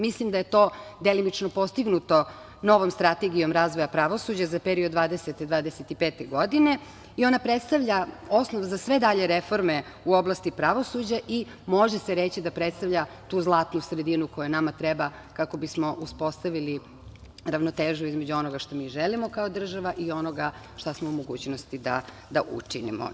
Mislim da je to delimično postignuto novom Strategijom razvoja pravosuđa za period 2020/2025. godine i ona predstavlja osnov za sve dalje reforme u oblasti pravosuđa i može se reći da predstavlja tu zlatnu sredinu koja nama treba kako bismo uspostavili ravnotežu između onoga što mi želimo kao država i i onoga šta smo u mogućnosti da učinimo.